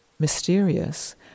mysterious